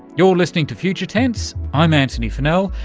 you're listening to future tense, i'm antony funnell,